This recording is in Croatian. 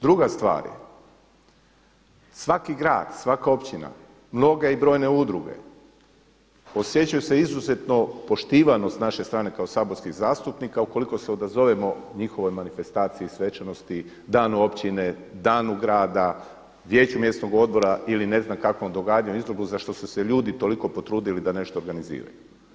Druga stvar, svaki grad, svaka općina, mnoge i brojne udruge osjećaju se izuzetno poštivano s naše strane kao saborskih zastupnika ukoliko se odazovemo njihovoj manifestaciji, svečanosti, dan općine, danu gradu, vijeću mjesnog odbora ili ne znam kakvom događanju … za što su se ljudi toliko potrudili da nešto organiziraju.